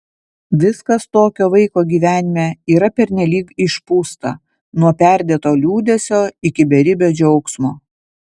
viskas tokio vaiko gyvenime yra pernelyg išpūsta nuo perdėto liūdesio iki beribio džiaugsmo